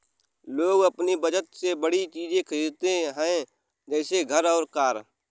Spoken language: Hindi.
लोग अपनी बचत से बड़ी चीज़े खरीदते है जैसे घर और कार